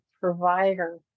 provider